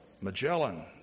Magellan